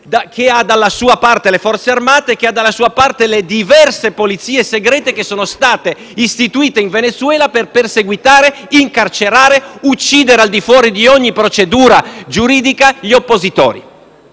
che ha dalla sua parte le Forze armate e le diverse polizie segrete che sono state istituite in Venezuela per perseguitare, incarcerare, uccidere al di fuori di ogni procedura giuridica gli oppositori.